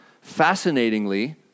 Fascinatingly